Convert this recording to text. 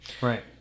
Right